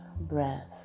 breath